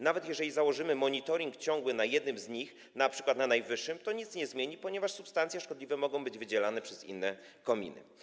Nawet jeżeli założymy monitoring ciągły na jednym z nich, np. na najwyższym, to nic to nie zmieni, ponieważ substancje szkodliwe mogą być wydzielane przez inne kominy.